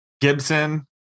Gibson